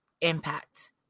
impact